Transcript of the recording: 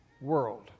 world